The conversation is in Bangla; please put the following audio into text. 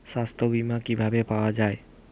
সাস্থ্য বিমা কি ভাবে পাওয়া যায়?